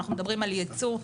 אנחנו מדברים על ייצוא.